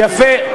יפה.